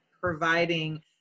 providing